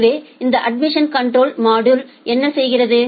எனவே இந்த admission control module என்ன செய்கிறது